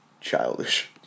childish